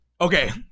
Okay